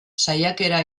saiakera